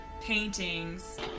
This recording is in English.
paintings